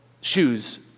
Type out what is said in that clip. shoes